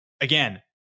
again